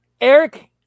Eric